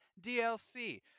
DLC